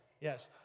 yes